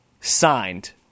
signed